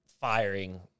firing